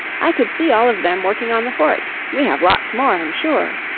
i could see all of them working on the fort. we have lots more, i'm sure.